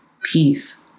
peace